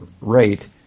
rate